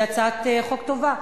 היא הצעת חוק טובה.